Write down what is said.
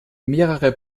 mehrere